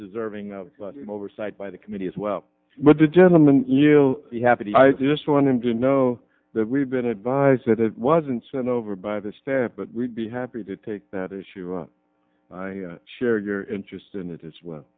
deserving of oversight by the committee as well but the gentleman you have any i just want him to know that we've been advised that it wasn't sent over by the staff but we'd be happy to take that issue share your interest in it as well